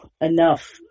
enough